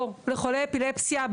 או לחולי אפילפסיה,